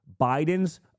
Biden's